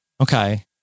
Okay